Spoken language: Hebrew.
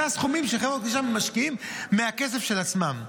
אלו הסכומים שחברה קדישא משקיעים מהכסף של עצמם.